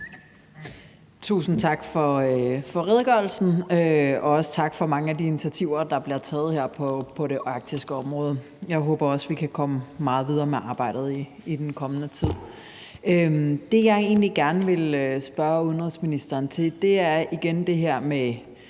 Tusind tak for redegørelsen, og også tak for mange af de initiativer, der bliver taget her på det arktiske område. Jeg håber også, at vi kan komme meget videre med arbejdet i den kommende tid. Det, som jeg egentlig gerne vil spørge udenrigsministeren til, er igen det her med